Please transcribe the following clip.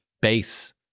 base